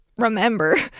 remember